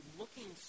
looking